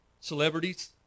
Celebrities